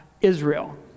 Israel